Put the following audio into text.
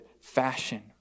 fashion